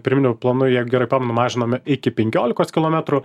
pirminiu planu jeigu gerai pamenu mažinome iki penkiolikos kilometrų